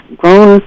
grown